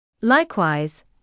Likewise